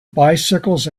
bicycles